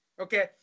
Okay